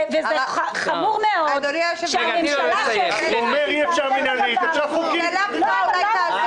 וחמור מאוד שהממשלה שהחליטה לא יכולה לעשות.